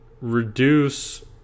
reduce